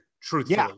truthfully